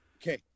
Okay